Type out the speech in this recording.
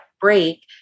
break